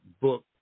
book